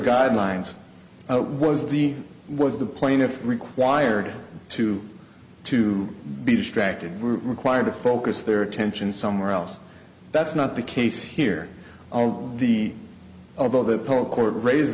guidelines it was the was the plaintiff required to to be distracted were required to focus their attention somewhere else that's not the case here on the although the whole court raise